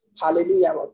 Hallelujah